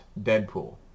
Deadpool